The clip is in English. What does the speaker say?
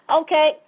Okay